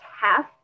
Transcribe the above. half